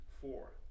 Four